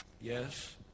Yes